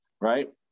right